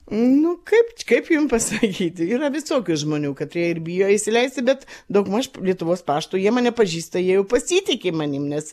nu kaip kaip jum pasakyti yra visokių žmonių katrie ir bijo įsileisti bet daugmaž lietuvos paštu jie mane pažįsta jie jau pasitiki manim nes